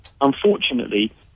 Unfortunately